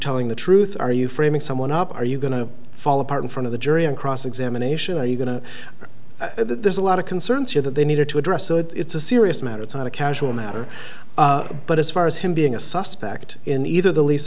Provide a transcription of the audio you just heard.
telling the truth are you framing someone up are you going to fall apart in front of the jury in cross examination are you going to there's a lot of concerns here that they needed to address so it's a serious matter it's not a casual matter but as far as him being a suspect in either the l